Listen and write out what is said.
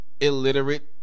illiterate